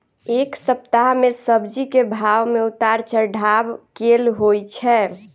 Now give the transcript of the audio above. एक सप्ताह मे सब्जी केँ भाव मे उतार चढ़ाब केल होइ छै?